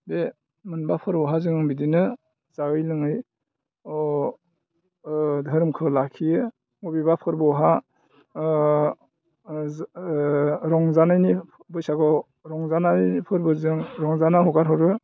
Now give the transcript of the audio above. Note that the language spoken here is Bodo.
बे मोनबा फोरबोआवहाय जों बिदिनो जायै लोङै अ धोरोमखौ लाखियो बबेबा फोरबोआवहाय रंजानायनि बैसागुआव रंजानाय फोरबोजों रंजानानै हगार हरो